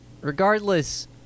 regardless